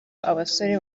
abasore